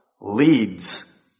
leads